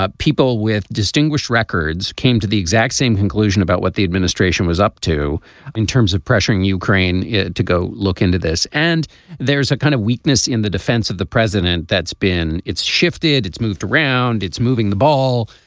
people with distinguished records came to the exact same conclusion about what the administration was up to in terms of pressuring ukraine to go look into this. and there is a kind of weakness in the defense of the president that's been it's shifted it's moved around it's moving the ball.